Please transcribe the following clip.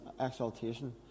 exaltation